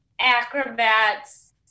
acrobats